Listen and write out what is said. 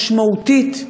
משמעותית.